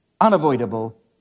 unavoidable